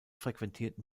frequentierten